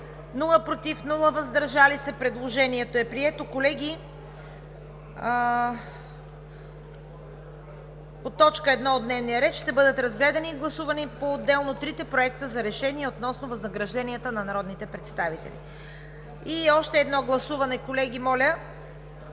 107, против и въздържали се няма. Предложението е прието. Колеги, по първа точка от дневния ред ще бъдат разгледани и гласувани поотделно трите проекта за решение относно възнагражденията на народните представители. Още едно гласуване, колеги, моля: